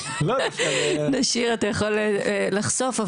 אתה יכול לחשוף,